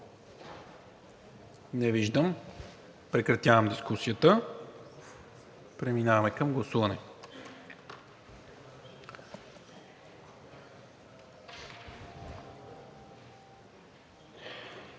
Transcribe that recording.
Не виждам. Прекратявам дискусията. Преминаваме към гласуване.